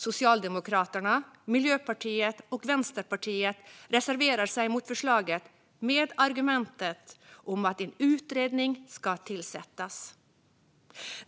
Socialdemokraterna, Miljöpartiet och Vänsterpartiet reserverar sig mot förslaget med argumentet att en utredning ska tillsättas.